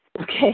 Okay